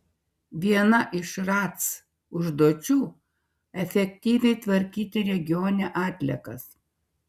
viena iš ratc užduočių efektyviai tvarkyti regione atliekas